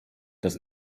das